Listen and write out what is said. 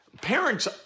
parents